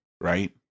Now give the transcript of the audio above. right